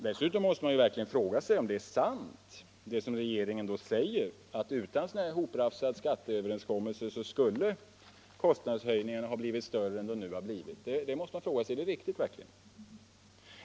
Dessutom måste man verkligen fråga sig om det är sant det som regeringen säger att utan sådana här hoprafsade skatteöverenskommelser skulle kostnadshöjningarna ha blivit större än de nu blivit. Man måste fråga sig: Är det verkligen riktigt?